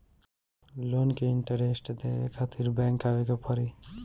Loan के interest देवे खातिर बैंक आवे के पड़ी?